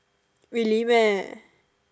really man